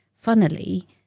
funnily